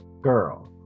girl